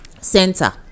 Center